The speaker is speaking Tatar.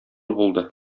булды